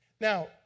Now